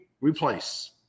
replace